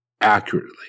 accurately